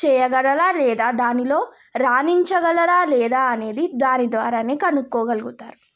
చేయగలరా లేదా దానిలో రాణించగలరా లేదా అనేది దాని ద్వారానే కనుక్కోగలుగుతారు